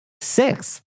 Six